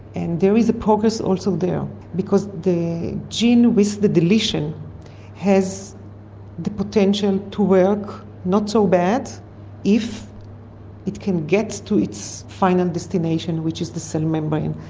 and there is progress also there because the gene with the deletion has the potential to work not so bad if it can get to its final destination which is the cell membrane.